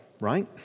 right